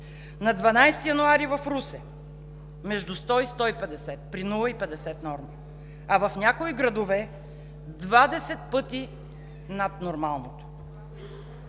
На 12 януари в Русе – между 100 и 150 при 0,50 в норма, а в някои градове е 20 пъти над нормалното.